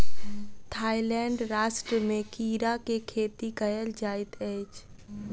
Thailand राष्ट्र में कीड़ा के खेती कयल जाइत अछि